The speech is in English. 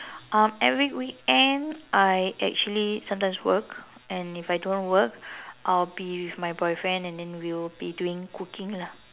um every weekend I actually sometimes work and if I don't work I'll be with my boyfriend and then we will be doing cooking lah